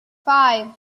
five